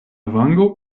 lango